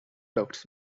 ducts